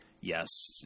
yes